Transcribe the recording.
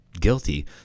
guilty